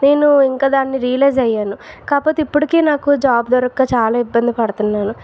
నేను ఇంకా దానిని రియలైజ్ అయ్యాను కాకపోతే ఇప్పటికి నాకు జాబ్ దొరకక చాలా ఇబ్బంది పడుతున్నాను